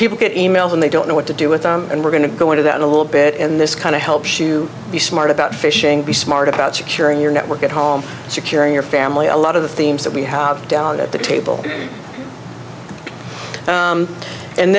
people get e mails and they don't know what to do with and we're going to go into that in a little bit in this kind of helps you be smart about fishing be smart about securing your network at home securing your family a lot of the themes that we have down at the table